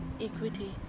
equity